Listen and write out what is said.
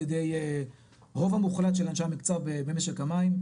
ידי רוב המוחלט של אנשי המקצוע במשק המים,